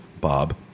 Bob